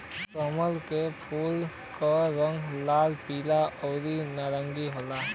सेमल के फूल क रंग लाल, पीला आउर नारंगी होला